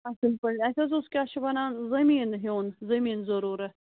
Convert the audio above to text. اَصٕل پٲٹھۍ اَسہِ حظ اوس کیٛاہ چھِ وَنان زٔمیٖنہٕ ہیوٚن زٔمیٖن ضٔروٗرَت